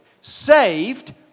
saved